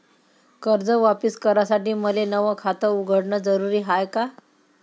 कर्ज वापिस करासाठी मले नव खात उघडन जरुरी हाय का?